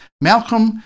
Malcolm